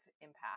impact